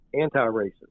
anti-racist